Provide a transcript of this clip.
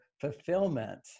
fulfillment